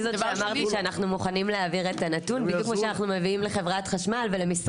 כמו חברות כרטיסי האשראי למיניהם,